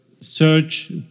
search